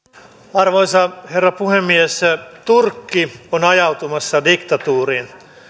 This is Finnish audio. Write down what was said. arvoisa herra puhemies turkki on ajautumassa diktatuuriin